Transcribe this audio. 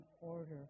order